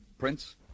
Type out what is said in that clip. Prince